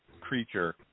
creature